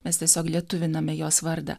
mes tiesiog lietuviname jos vardą